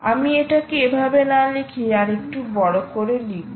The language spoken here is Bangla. আমি এটাকে এভাবে না লিখে আরেকটু বড় করে লিখব